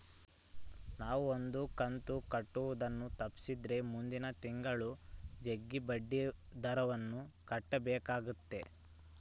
ನಾವು ಒಂದು ಕಂತು ಕಟ್ಟುದನ್ನ ತಪ್ಪಿಸಿದ್ರೆ ಮುಂದಿನ ತಿಂಗಳು ಜಗ್ಗಿ ಬಡ್ಡಿದರವನ್ನ ಕಟ್ಟಬೇಕಾತತೆ